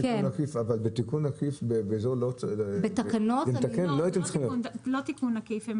אבל בתיקון עקיף לא הייתם צריכים --- לא תיקון עקיף.